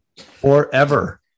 forever